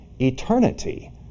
eternity